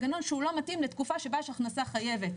הוא מנגנון שלא מתאים לתקופה שבה יש הכנסה חייבת.